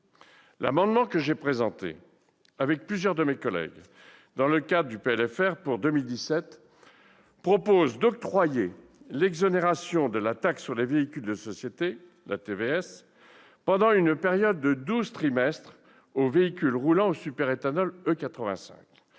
L'amendement que j'ai présenté, avec plusieurs de mes collègues, dans le cadre du projet de loi de finances rectificative pour 2017 propose d'octroyer l'exonération de la taxe sur les véhicules des sociétés, la TVS, pendant une période de douze trimestres aux véhicules roulant au superéthanol E85,